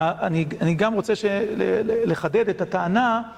אני גם רוצה לחדד את הטענה